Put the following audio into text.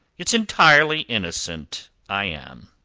it's entirely innocent i am.